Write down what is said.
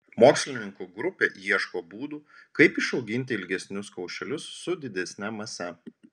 mokslininkų grupė ieško būdų kaip išauginti ilgesnius kaušelius su didesne mase